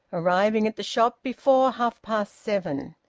arriving at the shop before half-past seven.